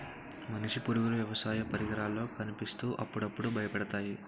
మనిషి పరుగులు వ్యవసాయ పరికరాల్లో కనిపిత్తు అప్పుడప్పుడు బయపెడతాది